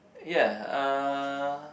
ya uh